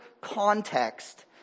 context